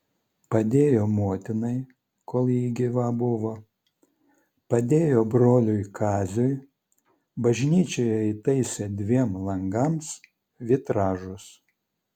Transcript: padėjo motinai kol ji gyva buvo padėjo broliui kaziui bažnyčioje įtaisė dviem langams vitražus